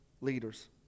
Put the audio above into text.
leaders